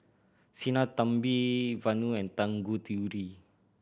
Sinnathamby Vanu and Tanguturi